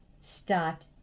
start